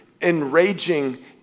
enraging